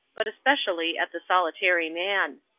but especially at the solitary man.